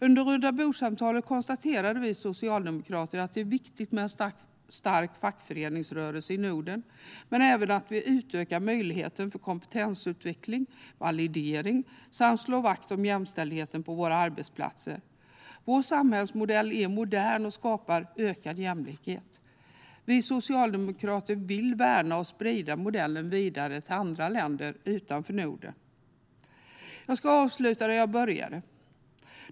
Under rundabordssamtalet konstaterade vi socialdemokrater att det är viktigt med en stark fackföreningsrörelse i Norden, men även att utöka möjligheterna för kompetensutveckling och validering samt slå vakt om jämställdheten på våra arbetsplatser. Vår samhällsmodell är modern och skapar ökad jämlikhet. Vi socialdemokrater vill värna och sprida modellen vidare till andra länder utanför Norden. Jag ska avsluta där jag började.